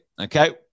okay